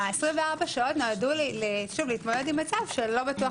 ה-24 שעות נועדו להתמודד עם מצב שלא בטוח